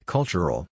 Cultural